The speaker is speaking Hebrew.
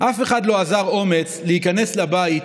אף אחד לא אזר אומץ להיכנס לבית